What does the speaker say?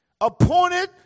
appointed